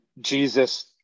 Jesus